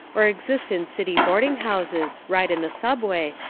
or exist in city boarding-houses, ride in the subway,